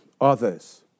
others